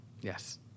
Yes